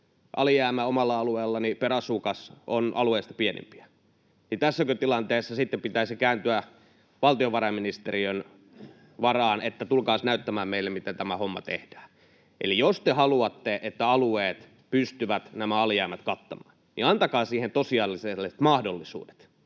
Alijäämä omalla alueellani per asukas on alueista pienimpiä, niin tässäkö tilanteessa sitten pitäisi kääntyä valtiovarainministeriön varaan, että tulkaas näyttämään meille, miten tämä homma tehdään? Eli jos te haluatte, että alueet pystyvät nämä alijäämät kattamaan, niin antakaa siihen tosiasialliset mahdollisuudet,